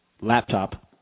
laptop